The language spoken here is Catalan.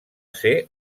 ser